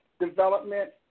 development